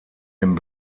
den